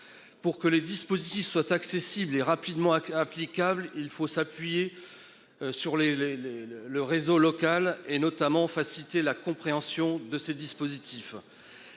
Pour que les dispositifs soient accessibles et rapidement applicables. Il faut s'appuyer. Sur les les les le le réseau local et notamment faciliter la compréhension de ces dispositifs.